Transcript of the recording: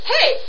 Hey